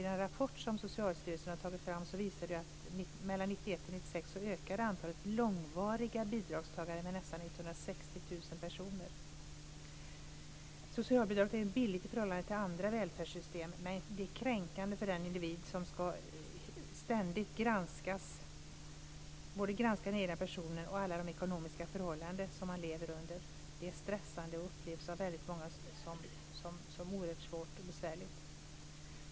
Den rapport som Socialstyrelsen har tagit fram visar att åren Socialbidraget är billigt i förhållande till andra välfärdssystem, men det är kränkande för den individ som ständigt ska granskas. Både den egna personen och alla ekonomiska förhållanden som man lever under granskas. Det är stressande och upplevs av många som oerhört svårt och besvärligt.